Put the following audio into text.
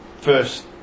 first